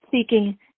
seeking